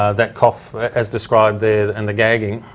ah that cough as described there and the gagging.